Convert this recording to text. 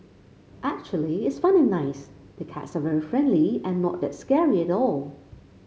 actually it's fun and nice the cats are very friendly and not that scary at all